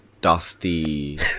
Dusty